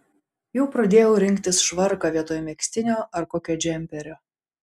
jau pradėjau rinktis švarką vietoj megztinio ar kokio džemperio